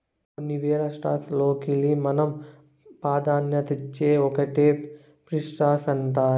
కొన్ని వేల స్టాక్స్ లోకెల్లి మనం పాదాన్యతిచ్చే ఓటినే ప్రిఫర్డ్ స్టాక్స్ అనేది